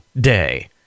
Day